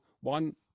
one